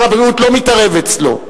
ששר הבריאות לא מתערב אצלו.